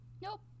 Nope